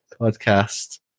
podcast